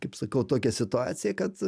kaip sakau tokią situaciją kad